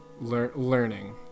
learning